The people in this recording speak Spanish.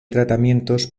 tratamientos